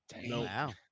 no